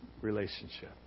relationship